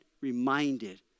reminded